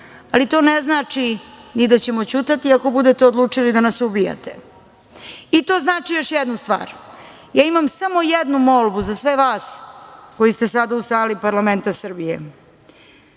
to ne znači ni da ćemo ćutati, ako budete odlučili da nas ubijate. I to znači još jednu stvar, ja imamo samo jednu molbu za sve vas koji ste sada u sali parlamenta Srbije